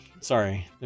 Sorry